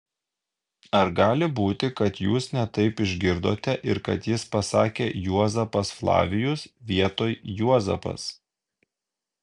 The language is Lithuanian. ar gali būti kad jūs ne taip išgirdote ir kad jis pasakė juozapas flavijus vietoj juozapas